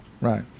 Right